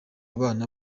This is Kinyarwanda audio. abana